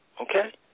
okay